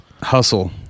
hustle